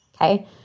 okay